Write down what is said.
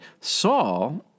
Saul